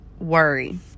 worry